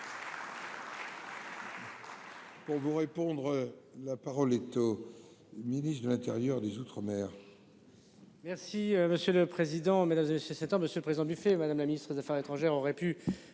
Pour vous répondre. La parole est au ministre de l'Intérieur, des outre-mer.